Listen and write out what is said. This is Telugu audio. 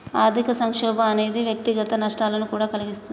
ఆర్థిక సంక్షోభం అనేది వ్యక్తిగత నష్టాలను కూడా కలిగిస్తుంది